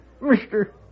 Mister